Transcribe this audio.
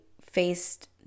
faced